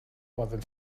poden